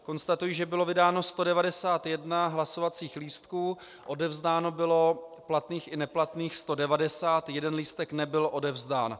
Konstatuji, že bylo vydáno 191 hlasovacích lístků, odevzdáno bylo platných i neplatných 190, jeden lístek nebyl odevzdán.